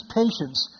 patience